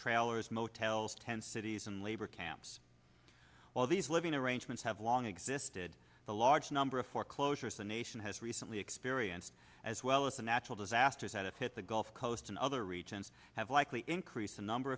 trailers motels tent cities and labor camps while these living arrangements have long existed the large number of foreclosures the nation has recently experienced as well as the natural disasters that hit the gulf coast and other regions have likely increase the number